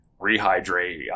rehydrate